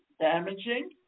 damaging